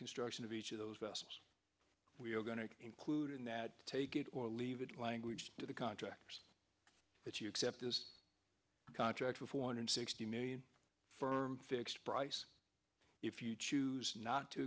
construction of each of those vessels we're going to include in that take it or leave it language to the contractors that you accept this contract for four hundred sixty million firm fixed price if you choose not to